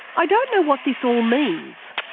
i don't know what this all means.